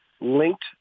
linked